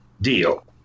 deal